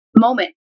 moment